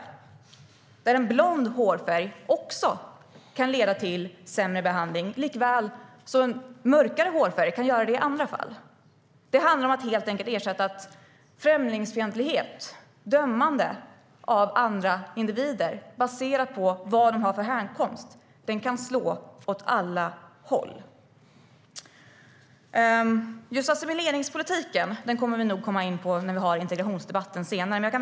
En blond hårfärg kan leda till sämre behandling likaväl som en mörkare hårfärg kan göra det i andra fall. Assimileringspolitiken kommer vi nog in på när vi har integrationsdebatten senare.